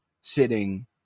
sitting